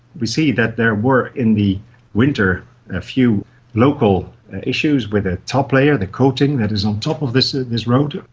we see that there were in the winter a few local issues with the ah top layer, the coating that is on top of this ah this road,